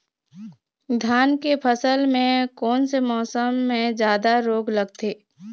धान के फसल मे कोन से मौसम मे जादा रोग लगथे?